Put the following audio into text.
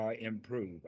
improve